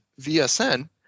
VSN